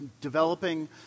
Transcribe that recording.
developing